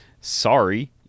sorry